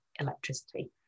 electricity